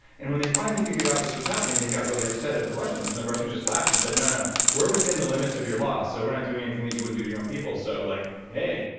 and when they finally figured out this was happening, they got really upset at the russians, and the russians just laughed and said, no, no. we're within the limits of your laws, so we're not doing anything that you wouldn't do to your own people, so like hey.